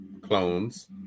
clones